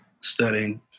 studying